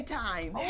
time